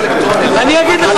אני אגיד לך